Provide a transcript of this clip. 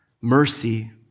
mercy